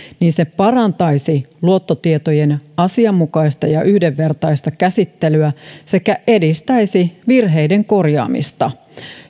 niin se parantaisi luottotietojen asianmukaista ja yhdenvertaista käsittelyä sekä edistäisi virheiden korjaamista